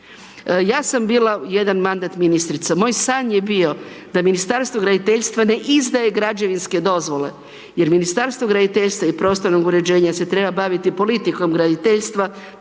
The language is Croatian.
Ja sam bila jedan mandat ministrica, moj san je bio da Ministarstvo graditeljstva ne izdaje građevinske dozvole jer Ministarstvo graditeljstva i prostornog uređenja se treba baviti politikom graditeljstva,